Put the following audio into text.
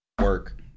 work